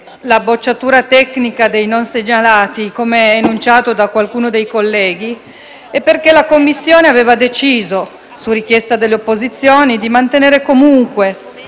Grazie